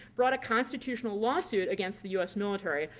brought a constitutional lawsuit against the us military.